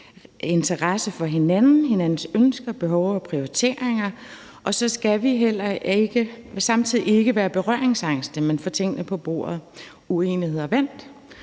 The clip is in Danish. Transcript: interesse for hinandens ønsker, behov og prioriteringer, og så skal vi samtidig ikke være berøringsangste, men få tingene på bordet, uenigheder vendt